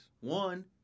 one